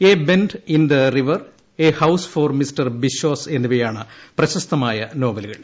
A bend in the river a house for mister Biswas എന്നിവയാണ് പ്രശസ്തമായ നോപ്പിലുകൾ